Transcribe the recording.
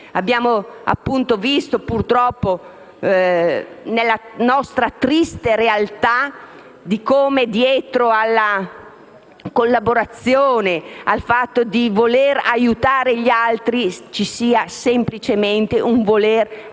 Abbiamo visto, purtroppo, nella nostra triste realtà, come dietro alla collaborazione, al volere aiutare gli altri, ci sia semplicemente un voler approfittare